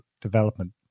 development